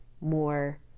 more